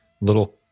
little